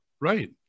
Right